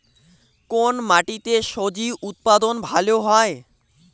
কোন মাটিতে স্বজি উৎপাদন ভালো হয়?